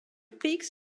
peaks